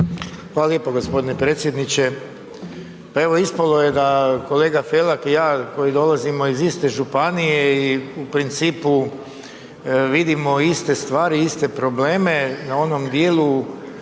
Hvala lijepo gospodine predsjedniče. Pa evo ispalo je da kolega Felak i ja koji dolazimo iz iste županije i u principu vidimo iste stvari, iste probleme na onom dijelu